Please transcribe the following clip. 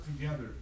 together